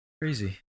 crazy